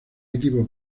equipo